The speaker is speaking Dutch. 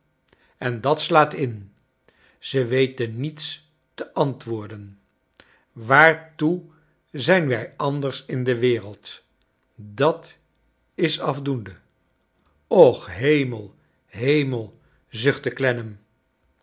en dat slaat in ze weten niets te antwoorden waartoe zijn wij anders in de wereld dat is afdoende och hem el hemel